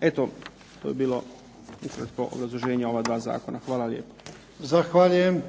Eto to bi bilo ukratko obrazloženje ova dva zakona. Hvala lijepo. **Jarnjak, Ivan (HDZ)** Zahvaljujem.